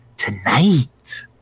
Tonight